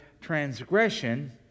transgression